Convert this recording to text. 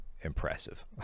impressive